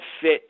fit